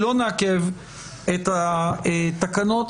לא נעכב את התקנות.